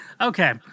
Okay